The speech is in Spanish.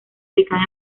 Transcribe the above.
ubicada